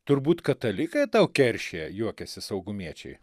turbūt katalikai tau keršija juokiasi saugumiečiai